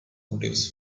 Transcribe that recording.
motives